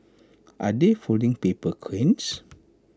are they folding paper cranes